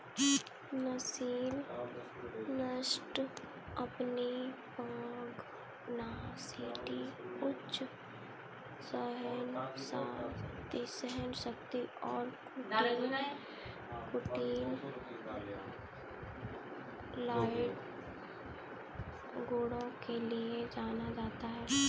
असील नस्ल अपनी पगनासिटी उच्च सहनशक्ति और कुटिल लड़ाई गुणों के लिए जाना जाता है